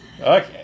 Okay